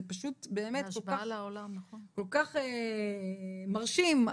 זה פשוט כל כך מרשים,